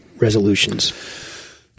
resolutions